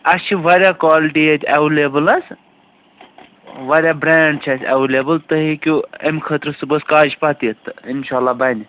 اَسہِ چھِ واریاہ کالٹی ییٚتہِ ایٚویلیبُل حظ واریاہ برینٛڈ چھِ اَسہِ ایٚویلیبُل تُہۍ ہیٚکِو اَمہِ خٲطرٕ صُبَحس کاجہِ پَتہٕ یِتھ تہٕ اِنشاء اللہ بَنہِ